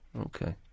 Okay